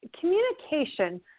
communication